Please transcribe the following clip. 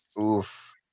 Oof